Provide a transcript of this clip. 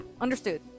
Understood